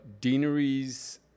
deaneries